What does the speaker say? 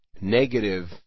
negative